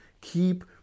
Keep